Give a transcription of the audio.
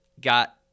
got